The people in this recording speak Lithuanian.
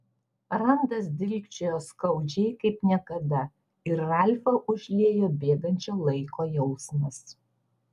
randas dilgčiojo skaudžiai kaip niekada ir ralfą užliejo bėgančio laiko jausmas